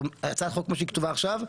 הצעת החוק כמו שהיא כתובה עכשיו,